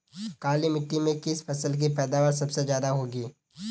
काली मिट्टी में किस फसल की पैदावार सबसे ज्यादा होगी?